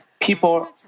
people